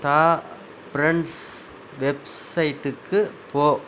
த friends வெப்சைட்டுக்குப் போ